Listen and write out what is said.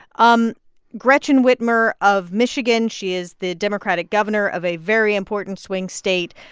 um gretchen whitmer of michigan, she is the democratic governor of a very important swing state.